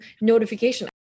notification